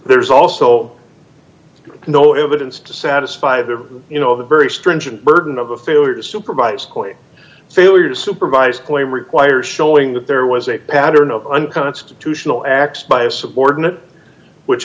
there's also no evidence to satisfy the you know the very stringent burden of a failure to supervise failure to supervise play requires showing that there was a pattern of unconstitutional acts by a subordinate which